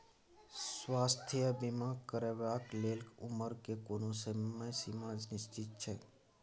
स्वास्थ्य बीमा करेवाक के लेल उमर के कोनो समय सीमा निश्चित छै?